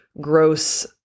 gross